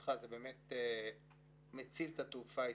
בראשותך מציל את התעופה הישראלית.